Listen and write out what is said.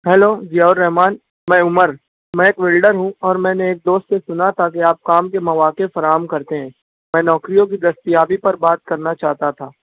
hello Ziaur Rahman میں عمر میں ایک ولڈر ہوں اور میں نے ایک دوست سے سنا تھا کہ آپ کام کے مواقع فراہم کرتے ہیں میں نوکریوں کی دستیابی پر بات کرنا چاہتا تھا